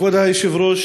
כבוד היושב-ראש,